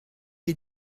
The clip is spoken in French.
est